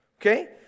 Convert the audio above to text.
Okay